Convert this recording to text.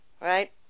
right